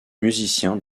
musicien